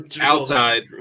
outside